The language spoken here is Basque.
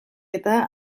eta